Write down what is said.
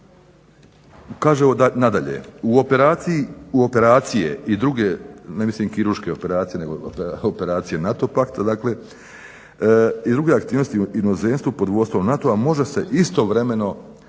u operaciji, u operacije i druge, ne mislim kirurške operacije nego operacije NATO pakta dakle, i druge aktivnosti u inozemstvu pod vodstvom NATO-a može se istovremeno